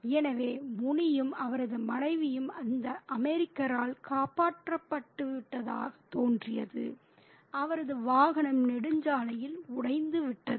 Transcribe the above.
எனவே முனியும் அவரது மனைவியும் இந்த அமெரிக்கரால் காப்பாற்றப்பட்டதாகத் தோன்றியது அவரது வாகனம் நெடுஞ்சாலையில் உடைந்துவிட்டது